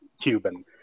Cuban